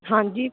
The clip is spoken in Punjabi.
ਹਾਂਜੀ